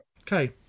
Okay